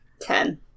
Ten